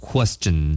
Question